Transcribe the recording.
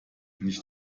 nicht